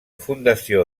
fundació